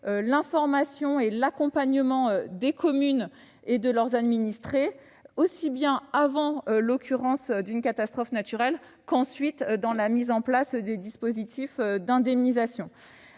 l'information et l'accompagnement des communes et de leurs administrés, aussi bien avant une catastrophe naturelle que dans la mise en place du dispositif d'indemnisation.